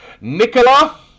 Nicola